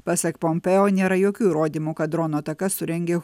pasak pompėjoje nėra jokių įrodymų kad dronų atakas surengė